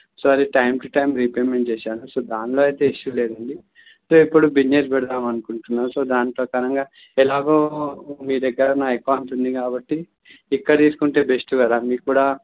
so అది time to time repayment చేశాను so దాంట్లోఅయితే ఇష్యూ లేదండి సో ఇప్పుడు బిజినెస్ పెడదామని అనుకుంటున్నాను సో దాని ప్రకారంగా ఎలాగో మీ దగ్గర నా అకౌంట్ ఉంది కాబట్టి ఇక్కడ తీసుకుంటే బెస్ట్ కదా మీకు కూడా